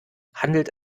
handelt